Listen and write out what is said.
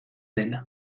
dela